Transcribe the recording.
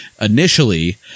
initially